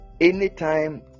anytime